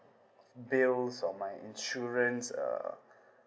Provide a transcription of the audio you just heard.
bills or my insurance uh